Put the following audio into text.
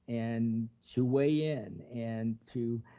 and to weigh in, and to,